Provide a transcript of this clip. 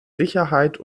sicherheit